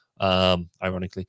Ironically